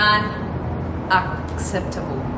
Unacceptable